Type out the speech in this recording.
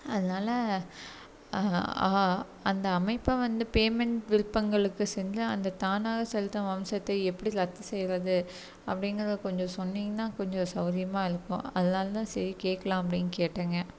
அதனால அந்த அமைப்ப வந்து பேமெண்ட் விருப்பங்களுக்கு செஞ்சா அந்த தானாக செலுத்தும் அம்சத்தை எப்படி ரத்து செய்யறது அப்படிங்கிறத கொஞ்சம் சொன்னீங்கன்னா கொஞ்சம் சௌகரியமா இருக்கும் அதனால தான் சரி கேட்கலாம் அப்படின்னு கேட்டேனுங்க